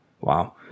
Wow